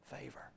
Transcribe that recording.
favor